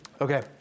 Okay